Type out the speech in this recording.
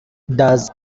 thus